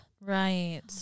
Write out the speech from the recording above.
Right